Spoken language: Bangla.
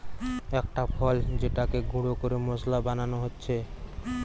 একটা ফল যেটাকে গুঁড়ো করে মশলা বানানো হচ্ছে